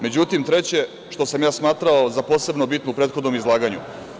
Međutim, treće, što sam ja smatrao za posebno bitno u prethodnom izlaganju.